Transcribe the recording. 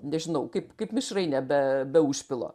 nežinau kaip kaip mišrainė be be užpilo